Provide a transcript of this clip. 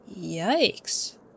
Yikes